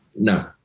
no